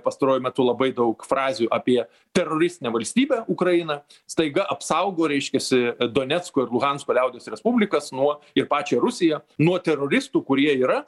pastaruoju metu labai daug frazių apie teroristinę valstybę ukrainą staiga apsaugo reiškiasi donecko ir luhansko liaudies respublikas nuo ir pačią rusiją nuo teroristų kurie yra